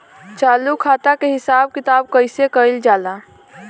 चालू खाता के हिसाब किताब कइसे कइल जाला?